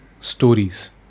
stories